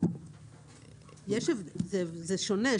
זה שונה.